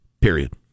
Period